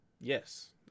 Yes